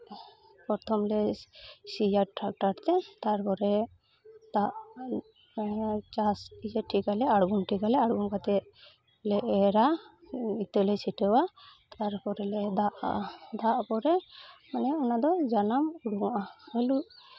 ᱯᱨᱚᱛᱷᱚᱢ ᱞᱮ ᱥᱤᱭᱟ ᱴᱮᱠᱴᱟᱨ ᱛᱮ ᱫᱟᱜ ᱦᱚᱸ ᱪᱟᱥ ᱤᱭᱟᱹ ᱴᱷᱤᱠ ᱟᱞᱮ ᱟᱬᱜᱚᱢ ᱴᱷᱤᱠ ᱟᱞᱮ ᱟᱨ ᱚᱱᱠᱟᱛᱮ ᱞᱮ ᱮᱨᱼᱟ ᱤᱛᱟᱹ ᱞᱮ ᱪᱷᱤᱴᱟᱹᱣᱟ ᱛᱟᱨᱯᱚᱨᱮ ᱞᱮ ᱫᱟᱜ ᱟᱜᱼᱟ ᱫᱟᱜ ᱯᱚᱨᱮᱞᱮ ᱢᱟᱱᱮ ᱚᱱᱟᱫᱚ ᱡᱟᱱᱟᱢ ᱩᱰᱩᱠᱚᱜᱼᱟ ᱟᱹᱞᱩ